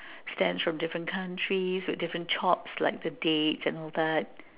stamps from different countries with different chops like the date all that